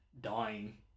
dying